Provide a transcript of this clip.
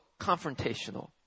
confrontational